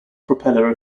propeller